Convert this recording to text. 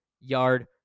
yard